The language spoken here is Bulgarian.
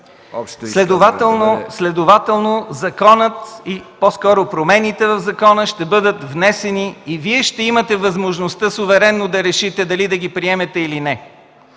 Следователно, промените в закона ще бъдат внесени и Вие ще имате възможността суверенно да решите дали да ги приемете или не.